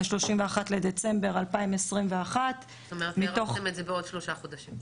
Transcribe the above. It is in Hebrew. ה31 בדצמבר 2021. זאת אומרת שהארכתם את זה בעוד שלושה חודשים?